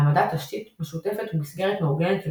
העמדת תשתית משותפת ומסגרת מאורגנת של